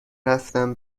رفتم